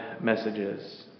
messages